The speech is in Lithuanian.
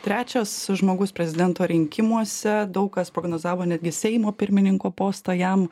trečias žmogus prezidento rinkimuose daug kas prognozavo netgi seimo pirmininko postą jam